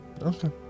Okay